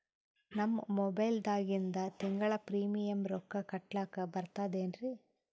ನಮ್ಮ ಮೊಬೈಲದಾಗಿಂದ ತಿಂಗಳ ಪ್ರೀಮಿಯಂ ರೊಕ್ಕ ಕಟ್ಲಕ್ಕ ಬರ್ತದೇನ್ರಿ?